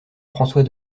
françois